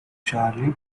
charley